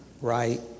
right